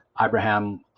Abraham